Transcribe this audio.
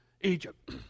Egypt